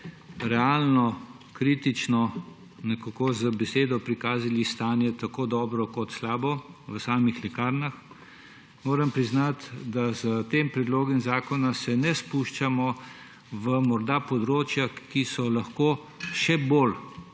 realno kritično z besedo prikazali stanje, tako dobro kot slabo, v samih lekarnah. Moram priznati, da s tem predlogom zakona se ne spuščamo v področja, ki so lahko še bolj